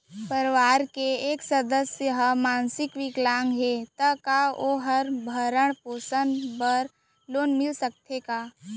परवार के एक सदस्य हा मानसिक विकलांग हे त का वोकर भरण पोषण बर लोन मिलिस सकथे का?